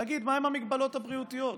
להגיד מהן המגבלות הבריאותיות.